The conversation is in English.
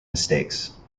mistakes